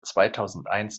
zweitausendeins